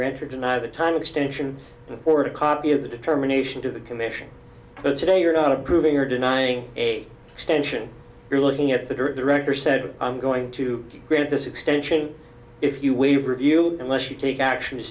grant or deny the time extension or a copy of the determination to the commission so today or not approving or denying a extension you're looking at the director said i'm going to grant this extension if you wave review unless you take action